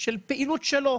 מהפעילות שלו.